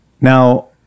now